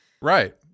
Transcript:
Right